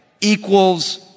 equals